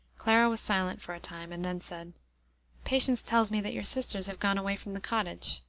clara was silent for a time, and then said patience tells me that your sisters have gone away from the cottage.